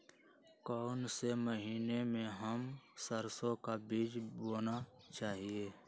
कौन से महीने में हम सरसो का बीज बोना चाहिए?